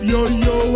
Yo-Yo